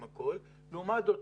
עם הכול לעומת זאת,